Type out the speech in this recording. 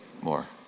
more